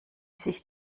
sich